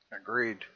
Agreed